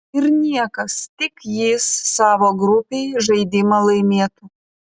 ir niekas tik jis savo grupėj žaidimą laimėtų